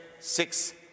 six